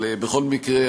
אבל בכל מקרה,